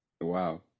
Wow